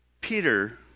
Peter